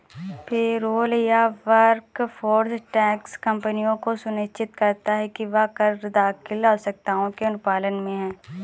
payroll या workforce tax कंपनियों को सुनिश्चित करता है कि वह कर दाखिल आवश्यकताओं के अनुपालन में है